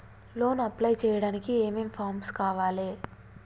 Loan apply చేయడానికి ఏం ఏం ఫామ్స్ కావాలే?